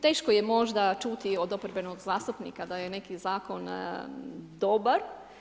Teško je možda čuti od oporbenog zastupnika da je neki zakon dobar.